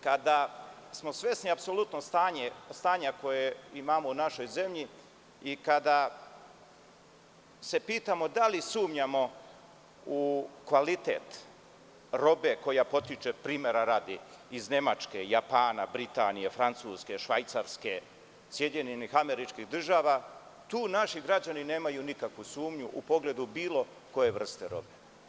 Kada smo svesni apsolutno stanja koje imamo u našoj zemlji i kada se pitamo da li sumnjamo u kvalitet robe koja potiče, primera radi, iz Nemačke, Japana, Britanije, Francuske, Švajcarske, SAD, tu naši građani nemaju nikakvu sumnju u pogledu bilo koje vrste robe.